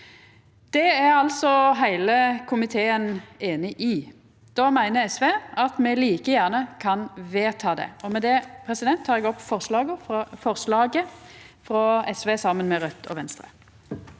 Det er altså heile komiteen einig i. Då meiner SV at me like gjerne kan vedta det. Med det tek eg opp forslaget frå SV saman med Raudt og Venstre.